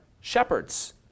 shepherds